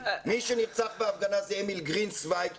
מי שנרצח בהפגנה זה אמיל גרינצווייג,